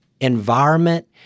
environment